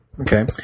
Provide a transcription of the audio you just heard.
Okay